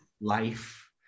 life